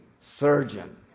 Surgeon